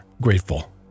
Grateful